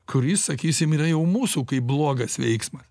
kuris sakysim yra jau mūsų kaip blogas veiksmas